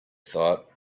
thought